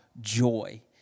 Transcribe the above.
joy